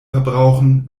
verbrauchen